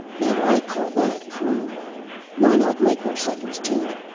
now i call that crude why not microseconds too?